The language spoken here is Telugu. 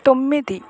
తొమ్మిది